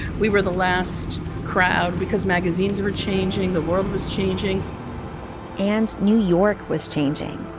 we were the last crowd because magazines were changing the world was changing and new york was changing.